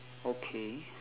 okay